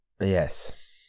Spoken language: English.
Yes